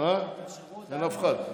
אין אף אחד.